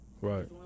Right